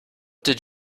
did